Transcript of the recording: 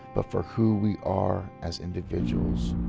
but for who we are as individuals.